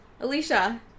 Alicia